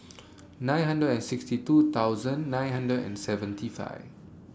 nine hundred and sixty two thousand nine hundred and seventy five